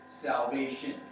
salvation